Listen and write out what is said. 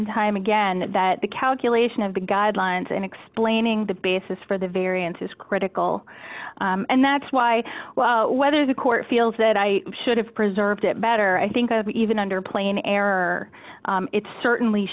and time again that the calculation of the guidelines and explaining the basis for the variance is critical and that's why whether the court feels that i should have preserved it better i think of even under plain error it certainly